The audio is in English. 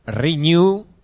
renew